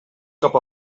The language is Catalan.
cap